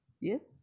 yes